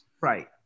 Right